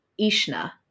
Ishna